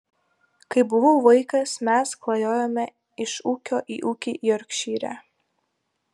kai buvau vaikas mes klajojome iš ūkio į ūkį jorkšyre